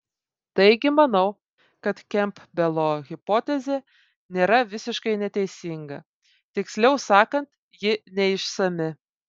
taigi manau kad kempbelo hipotezė nėra visiškai neteisinga tiksliau sakant ji neišsami